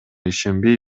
ишенбей